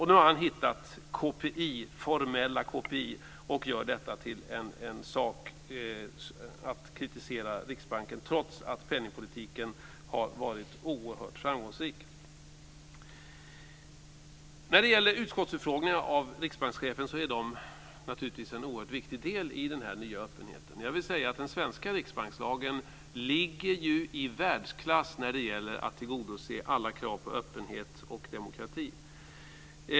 Nu har han hittat det formella KPI och gör det till något att kritisera Riksbanken för, trots att penningpolitiken har varit oerhört framgångsrik. Utskottsutfrågningarna av riksbankschefen är naturligtvis en oerhört viktig del av den nya öppenheten. Den svenska riksbankslagen ligger i världsklass när det gäller att tillgodose alla krav på öppenhet och demokrati.